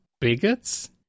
bigots